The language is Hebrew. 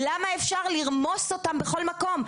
למה אפשר לרמוס אותם בכל מקום?